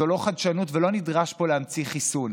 זו לא חדשנות ולא נדרש פה להמציא חיסון.